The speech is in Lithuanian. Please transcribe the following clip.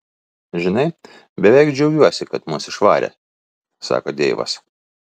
žinai beveik džiaugiuosi kad mus išvarė sako deivas